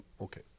Okay